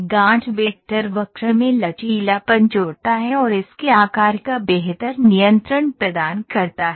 गाँठ वेक्टर वक्र में लचीलापन जोड़ता है और इसके आकार का बेहतर नियंत्रण प्रदान करता है